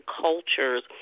cultures